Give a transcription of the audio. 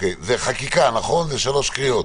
זו חקיקה, נכון שלוש קריאות?